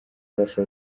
ubasha